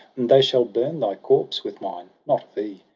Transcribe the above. and they shall burn thy corpse with mine, not thee.